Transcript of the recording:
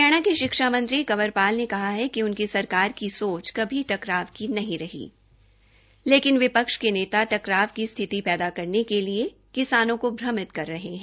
हरियाणा के शिक्षा मंत्री श्री कंवरपाल ने कहा है कि उनकी सरकार की साघ कभी टकराव की नहीं रही लेकिन विपक्ष के नेता टकराव की स्थिति पैदा करने के लिए किसानों का भ्रमित कर रहे हैं